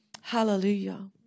Hallelujah